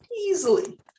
easily